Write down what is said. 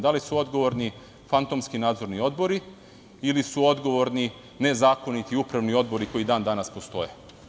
Da li su odgovorni fantomski nadzorni odbori ili su odgovorni nezakoniti upravni odbori koji dan danas postoje?